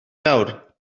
nawr